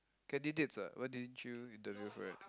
candidates what why didn't you interview for it